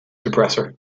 suppressor